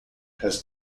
has